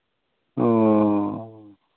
ᱚᱻ